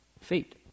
Fate